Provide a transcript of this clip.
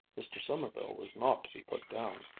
mr. sommerville was not to be put down.